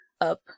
up